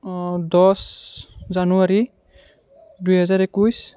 দহ জানুৱাৰী দুই হাজাৰ একৈছ